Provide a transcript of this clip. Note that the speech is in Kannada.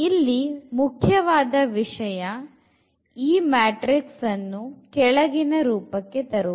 ಇಲ್ಲಿ ಮುಖ್ಯವಾದ ವಿಷಯ ಈ ಮ್ಯಾಟ್ರಿಕ್ಸ್ ಅನ್ನು ಈ ಕೆಳಗಿನ ರೂಪಕ್ಕೆ ತರುವುದು